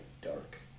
dark